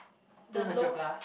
two hundred plus